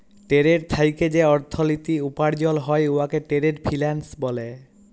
trade থ্যাইকে যে অথ্থলিতি উপার্জল হ্যয় উয়াকে টেরেড ফিল্যাল্স ব্যলে